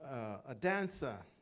a dancer,